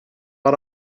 lot